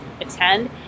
attend